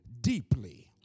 deeply